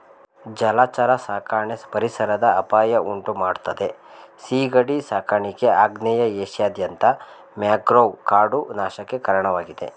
ಜಲಚರ ಸಾಕಣೆ ಪರಿಸರದ ಅಪಾಯ ಉಂಟುಮಾಡ್ತದೆ ಸೀಗಡಿ ಸಾಕಾಣಿಕೆ ಆಗ್ನೇಯ ಏಷ್ಯಾದಾದ್ಯಂತ ಮ್ಯಾಂಗ್ರೋವ್ ಕಾಡು ನಾಶಕ್ಕೆ ಕಾರಣವಾಗಿದೆ